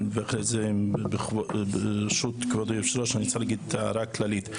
ואחר כך ברשות היושב ראש אני רוצה להעיר הערה כללית.